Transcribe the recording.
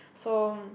so